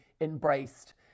embraced